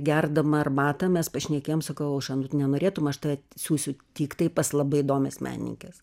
gerdama arbatą mes pašnekėjom sakau aušra nu nenorėtum aš tave siųsiu tiktai pas labai įdomias menininkes